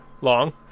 long